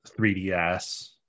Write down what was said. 3DS